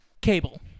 Cable